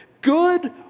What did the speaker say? Good